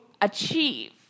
achieve